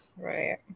Right